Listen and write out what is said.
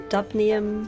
Dubnium